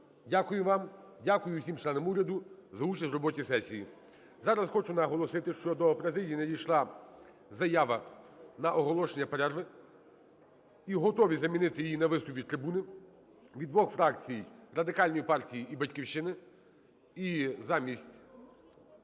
дякую вам, дякую всім членам уряду за участь в роботі сесії. Зараз хочу наголосити, що до президії надійшла заява на оголошення перерви, і готові замінити її на виступ від трибуни від двох фракцій: Радикальної партії і "Батьківщини".